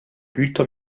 güter